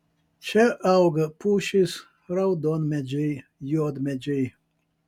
čia auga pušys raudonmedžiai juodmedžiai